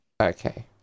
Okay